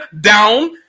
down